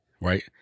right